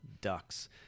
ducks